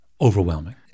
Overwhelming